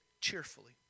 cheerfully